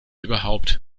überhaupt